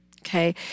Okay